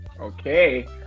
Okay